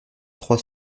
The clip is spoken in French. trois